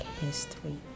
history